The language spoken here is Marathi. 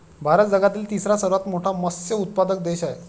भारत जगातील तिसरा सर्वात मोठा मत्स्य उत्पादक देश आहे